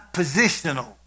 positional